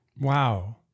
Wow